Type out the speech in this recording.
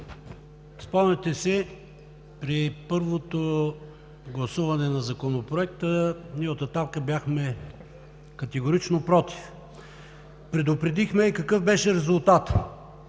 Спомняте си, при първото гласуване на Законопроекта ние от „Атака“ бяхме категорично против. Предупредихме. И какъв беше резултатът?